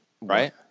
right